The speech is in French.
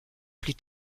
plus